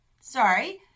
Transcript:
sorry